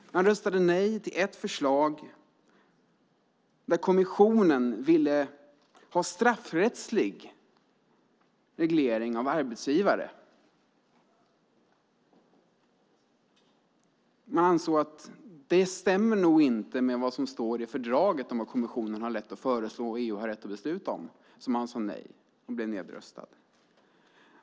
Man röstade nej till ett förslag där kommissionen ville ha straffrättslig reglering av arbetsgivare. Man ansåg att det inte stämde med vad som står i fördraget om vad kommissionen har rätt att föreslå och EU rätt att besluta om. Därför sade man nej men blev nedröstad.